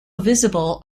visible